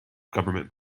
government